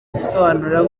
gusobanura